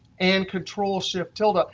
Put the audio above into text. and control shift tilde, ah